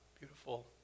beautiful